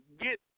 get